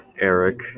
Eric